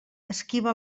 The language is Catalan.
esquiva